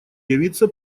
явиться